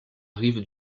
rive